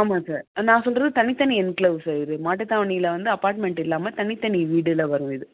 ஆமாம் சார் நான் சொல்கிறது தனி தனி என்க்ளோவ் சார் இது மாட்டு தாவணியில் வந்து அப்பார்ட்மெண்ட் இல்லாமல் தனித்தனி வீடில் வரும் இது